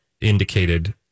indicated